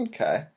Okay